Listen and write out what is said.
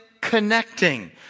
connecting